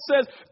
says